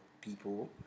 people